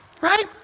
right